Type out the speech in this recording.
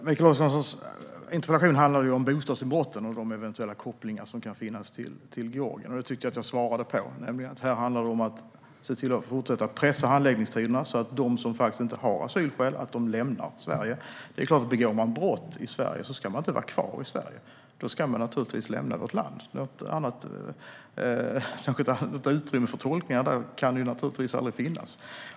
Herr talman! Mikael Oscarssons interpellation handlade ju om bostadsinbrotten och de eventuella kopplingar som kan finnas till Georgien. Jag tyckte att jag svarade på den - att det handlar om att fortsätta pressa handläggningstiderna så att de som inte har asylskäl lämnar Sverige. Det är klart att begår man brott i Sverige ska man inte vara kvar i Sverige. Då ska man naturligtvis lämna vårt land. Något utrymme för andra tolkningar kan aldrig finnas.